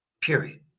period